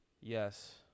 Yes